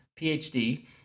PhD